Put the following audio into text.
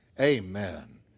Amen